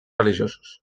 religiosos